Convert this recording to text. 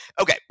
Okay